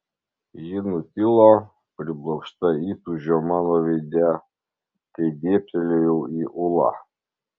ji nutilo priblokšta įtūžio mano veide kai dėbtelėjau į ulą